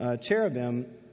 cherubim